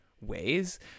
ways